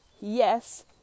Yes